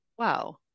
Wow